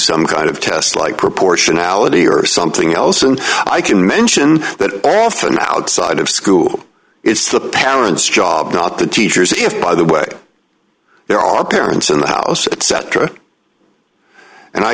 some kind of test like proportionality or something else and i can mention that often outside of school it's the parent's job not the teachers if by the way there are parents in the house etc and i